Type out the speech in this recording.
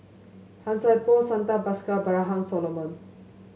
Han Sai Por Santha Bhaskar Abraham Solomon